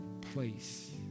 place